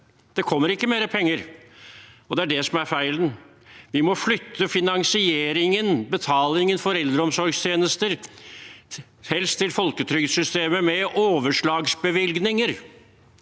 Det kommer ikke mer penger. Det er det som er feilen. Vi må flytte finansieringen, betalingen for eldreomsorgstjenester, helst til folketrygdsystemet med overslagsbevilgninger,